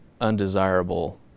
undesirable